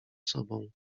sobą